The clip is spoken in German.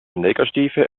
negative